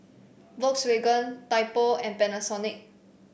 Volkswagen Typo and Panasonic